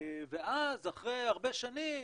ואז אחרי הרבה שנים,